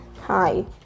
Hi